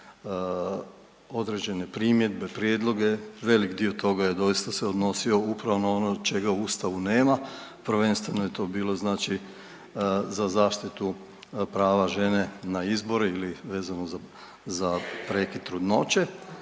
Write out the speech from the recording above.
određene primjedbe, prijedloge velik dio doista se odnosio upravo na ono čega u Ustavu nema, prvenstveno je to bilo za zaštitu prava žene na izbor ili vezano za prekid trudnoće